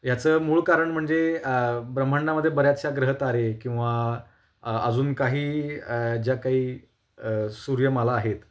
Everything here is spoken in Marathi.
ह्याचं मूळ कारण म्हणजे ब्रह्मांडामध्ये बऱ्याचसे ग्रह तारे किंवा अजून काही ज्या काही सूर्यमाला आहेत